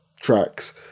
tracks